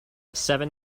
seven